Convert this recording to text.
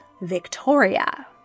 Victoria